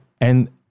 And-